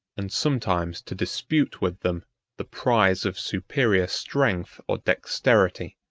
and sometimes to dispute with them the prize of superior strength or dexterity.